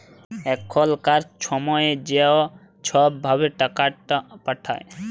এখলকার ছময়ে য ছব ভাবে টাকাট পাঠায়